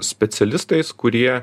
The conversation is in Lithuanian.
specialistais kurie